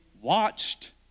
watched